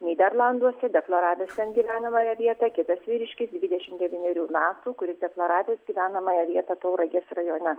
nyderlanduose deklaravęs gyvenamąją vietą kitas vyriškis dvidešimt devynerių metų kuris deklaravęs gyvenamąją vietą tauragės rajone